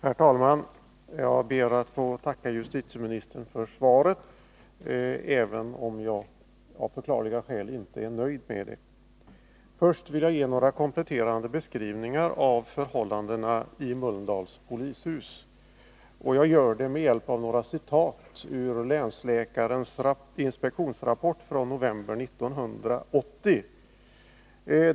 Herr talman! Jag ber att få tacka justitieministern för svaret även om jag av förklarliga skäl inte är nöjd med det. Till att börja med vill jag ge en kompletterande beskrivning av förhållandena i Mölndals polishus, och jag gör det med hjälp av några citat ur länsläkarens inspektionsrapport från november 1980.